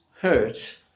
hurt